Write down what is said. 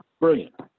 Brilliant